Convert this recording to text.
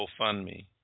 GoFundMe